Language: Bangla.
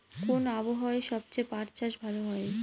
কোন আবহাওয়ায় সবচেয়ে পাট চাষ ভালো হয়?